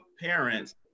parents